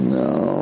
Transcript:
no